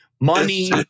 money